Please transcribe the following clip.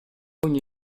ogni